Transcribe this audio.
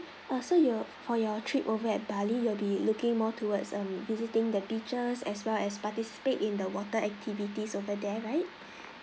uh so you for your trip over at bali you will be looking more towards err visiting the beaches as well as participate in the water activities over there right